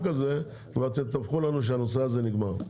הזה ואתם תדווחו לנו שהנושא הזה נגמר.